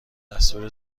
دستور